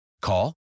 Call